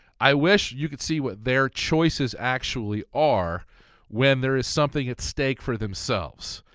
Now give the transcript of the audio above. i wish you could see what their choices actually are when there is something at stake for themselves.